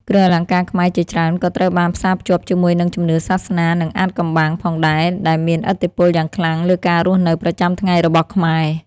គ្រឿងអលង្ការខ្មែរជាច្រើនក៏ត្រូវបានផ្សារភ្ជាប់ជាមួយនឹង ជំនឿសាសនា និងអាថ៌កំបាំង ផងដែរ ដែលមានឥទ្ធិពលយ៉ាងខ្លាំងលើការរស់នៅប្រចាំថ្ងៃរបស់ខ្មែរ។